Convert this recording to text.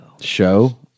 show